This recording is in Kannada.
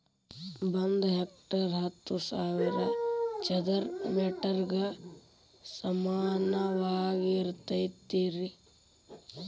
ಒಂದ ಹೆಕ್ಟೇರ್ ಹತ್ತು ಸಾವಿರ ಚದರ ಮೇಟರ್ ಗ ಸಮಾನವಾಗಿರತೈತ್ರಿ